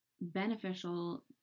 beneficial